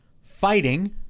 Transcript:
fighting